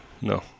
No